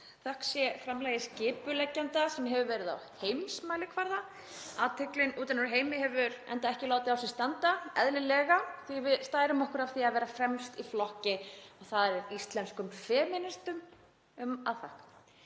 þökk sé framlagi skipuleggjenda sem hefur verið á heimsmælikvarða. Athyglin utan úr heimi hefur enda ekki látið á sér standa, eðlilega, því við stærum okkur af því að vera fremst í flokki og það er íslenskum femínistum að þakka.